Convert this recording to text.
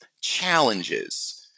challenges